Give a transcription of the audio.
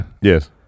yes